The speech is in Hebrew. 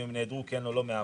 אם הם נעדרו כן או לא מהעבודה.